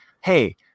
hey